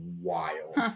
wild